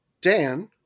dan